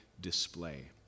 display